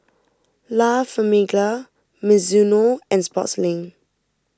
La Famiglia Mizuno and Sportslink